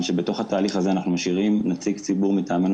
שבתוך התהליך הזה אנחנו משאירים נציג ציבור מטעמנו